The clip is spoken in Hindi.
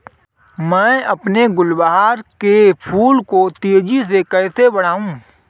मैं अपने गुलवहार के फूल को तेजी से कैसे बढाऊं?